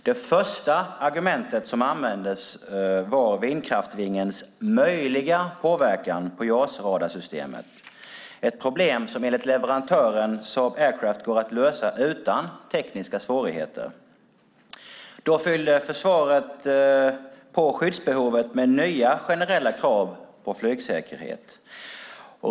Det första argumentet som användes var vindkraftvingens möjliga påverkan på JAS radarsystem, ett problem som enligt leverantören Saab Aircraft går att lösa utan tekniska svårigheter. Då fyllde försvaret på skyddsbehovet med nya generella krav på flygsäkerhet.